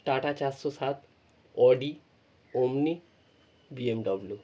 tata চারশো সাত Audi Omni BMW